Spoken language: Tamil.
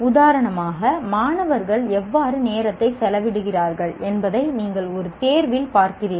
உதாரணமாக மாணவர்கள் எவ்வாறு நேரத்தை செலவிடுகிறார்கள் என்பதை நீங்கள் ஒரு தேர்வில் பார்க்கிறீர்கள்